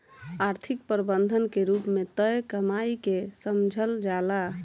आर्थिक प्रबंधन के रूप में तय कमाई के समझल जाला